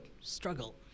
struggle